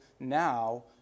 now